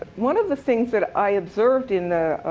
one of the things that i observed in